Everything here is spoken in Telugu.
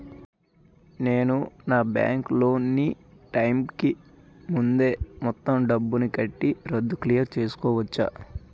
నేను నా బ్యాంక్ లోన్ నీ టైం కీ ముందే మొత్తం డబ్బుని కట్టి రద్దు క్లియర్ చేసుకోవచ్చా?